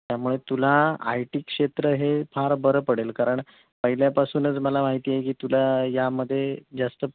त्यामुळे तुला I T क्षेत्र हे फार बरं पडेल कारण पहिल्यापासूनच मला माहिती आहे की तुला यामध्ये जास्त